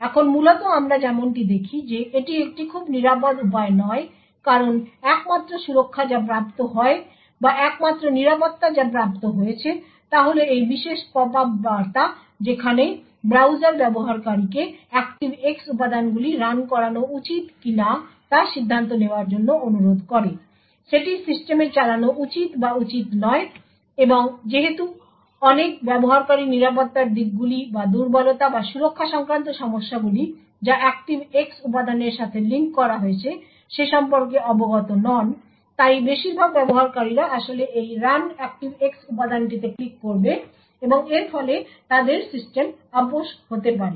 এখন মূলত আমরা যেমনটি দেখি যে এটি একটি খুব নিরাপদ উপায় নয় কারণ একমাত্র সুরক্ষা যা প্রাপ্ত হয় বা একমাত্র নিরাপত্তা যা প্রাপ্ত হয়েছে তা হল এই বিশেষ পপআপ বার্তা যেখানে ব্রাউজার ব্যবহারকারীকে ActiveX উপাদানগুলি রান করানো উচিত কিনা তা সিদ্ধান্ত নেওয়ার জন্য অনুরোধ করে সেটি সিস্টেমে চালানো উচিত বা উচিত নয় এবং যেহেতু অনেক ব্যবহারকারী নিরাপত্তার দিকগুলি বা দুর্বলতা বা সুরক্ষা সংক্রান্ত সমস্যাগুলি যা ActiveX উপাদানগুলির সাথে লিঙ্ক করা হয়েছে সে সম্পর্কে অবগত নন তাই বেশিরভাগ ব্যবহারকারীরা আসলে এই রান ActiveX উপাদানটিতে ক্লিক করবে এবং এর ফলে তাদের সিস্টেম আপস হতে পারে